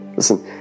Listen